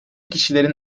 kişilerin